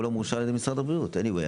לא מאושר על ידי משרד הבריאות בכל מקרה.